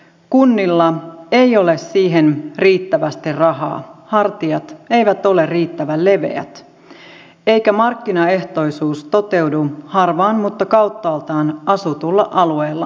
kunnilla ei ole siihen riittävästi rahaa hartiat eivät ole riittävän leveät eikä markkinaehtoisuus toteudu harvaan mutta kauttaaltaan asutuilla alueillamme